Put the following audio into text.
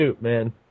man